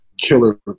killer